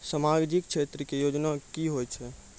समाजिक क्षेत्र के योजना की होय छै?